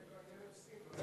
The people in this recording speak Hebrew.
אני מסכים אתך.